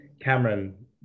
Cameron